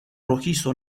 rojizo